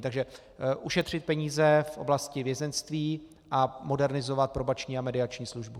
Takže ušetřit peníze v oblasti vězeňství a modernizovat probační a mediační službu.